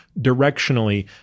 Directionally